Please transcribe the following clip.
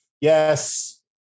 yes